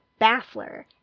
baffler